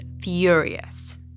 furious